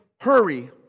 Hurry